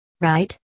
Right